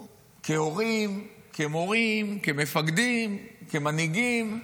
כהורים, כמורים, כמפקדים, כמנהיגים,